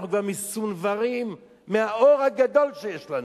אנחנו כבר מסונוורים מהאור הגדול שיש לנו.